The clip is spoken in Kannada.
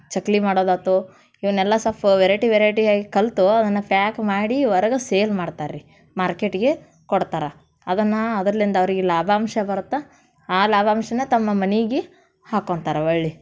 ಚಕ್ಕುಲಿ ಮಾಡೋದಾಯ್ತು ಇವನ್ನೆಲ್ಲ ಸಲ್ಪ ವೆರೈಟಿ ವೆರೈಟಿಯಾಗಿ ಕಲಿತು ಅದನ್ನು ಫ್ಯಾಕ್ ಮಾಡಿ ಹೊರ್ಗೆ ಸೇಲ್ ಮಾಡ್ತಾರೆ ರೀ ಮಾರ್ಕೆಟ್ಗೆ ಕೊಡ್ತಾರೆ ಅದನ್ನು ಅದರಿಂದ ಅವ್ರಿಗೆ ಲಾಭಾಂಶ ಬರುತ್ತೆ ಆ ಲಾಭಾಂಶನ ತಮ್ಮ ಮನೆಗಿ ಹಾಕೊಂತಾರೆ ಹೊಳ್ಳಿ